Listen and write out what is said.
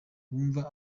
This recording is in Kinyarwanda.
wumva